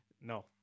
No